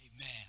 Amen